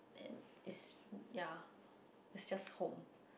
and it's yeah it's just home